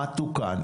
מה תוקן.